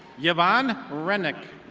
yeah yvonne rennick.